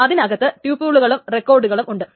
അതിനകത്ത് ട്യൂപിളുകളും റെക്കോഡുകളും ഉണ്ട്